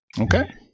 okay